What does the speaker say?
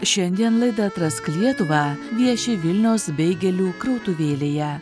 šiandien laida atrask lietuvą vieši vilniaus beigelių krautuvėlėje